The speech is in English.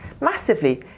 Massively